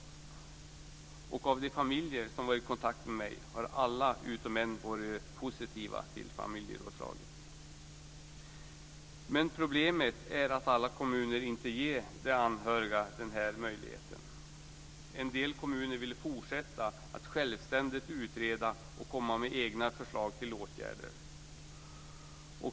Alla utom en av de familjer som varit i kontakt med mig har varit positiva till familjerådslaget. Problemet är att inte alla kommuner ger de anhöriga den här möjligheten. En del kommuner vill fortsätta att självständigt utreda och komma med egna förslag till åtgärder.